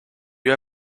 you